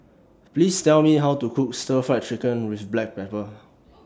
Please Tell Me How to Cook Stir Fried Chicken with Black Pepper